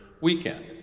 weekend